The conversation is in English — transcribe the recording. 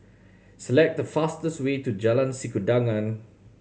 select the fastest way to Jalan Sikudangan